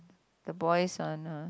the boys on a